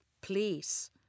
Please